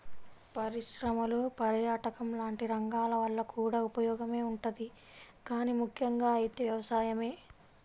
పరిశ్రమలు, పర్యాటకం లాంటి రంగాల వల్ల కూడా ఉపయోగమే ఉంటది గానీ ముక్కెంగా అయితే వ్యవసాయమే